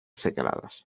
señaladas